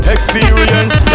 Experience